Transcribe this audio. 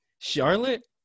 charlotte